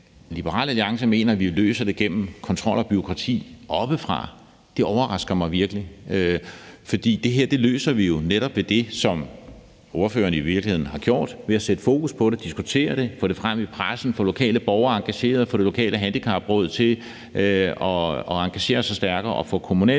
Liberal Alliance mener, at vi løser det gennem kontrol og bureaukrati oppefra, overrasker mig virkelig. For det her løser vi jo netop ved det, som ordføreren i virkeligheden har gjort, nemlig ved at sætte fokus på det, diskutere det og få det frem i pressen, få lokale borgere engageret, få det lokale handicapråd til at engagere sig stærkere og få kommunalpolitikerne